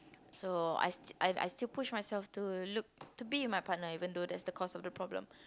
so I still I I still push myself to look to be with my partner even though that's the cause of the problem